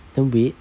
then wait